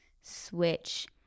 switch